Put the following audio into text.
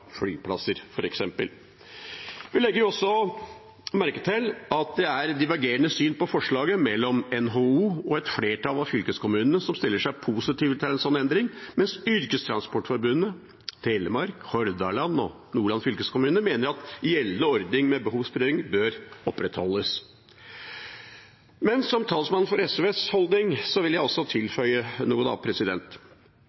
flyplasser f.eks. Vi legger også merke til at det er divergerende syn på forslaget mellom NHO og et flertall av fylkeskommunene, som stiller seg positiv til en slik endring, mens Yrkestransportforbundet, Telemark, Hordaland og Nordland fylkeskommuner mener at gjeldende ordning med behovsprøving bør opprettholdes. Som talsmann for SVs holdning vil jeg også